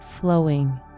flowing